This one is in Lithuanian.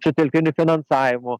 sutelktiniu finansavimu